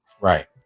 right